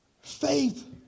Faith